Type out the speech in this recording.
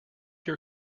your